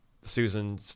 Susan